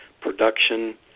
production